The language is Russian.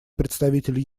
представитель